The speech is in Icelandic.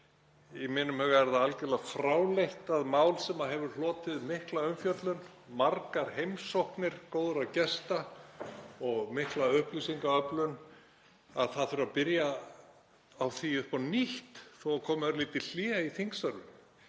Í mínum huga er það algerlega fráleitt að mál sem hefur hlotið mikla umfjöllun, margar heimsóknir góðra gesta og mikla upplýsingaöflun — að það þurfi að byrja á því upp á nýtt þó að örlítið hlé verði á þingstörfum.